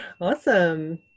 Awesome